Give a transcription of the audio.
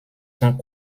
sont